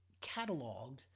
cataloged